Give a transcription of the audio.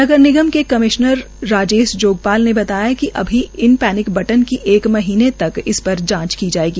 नगर निगम के कमिश्नर राजेश जोगपाल ने बताया कि अभी इन पैनिक बटन की एक महीने तक इस पर जाँच की जाएगी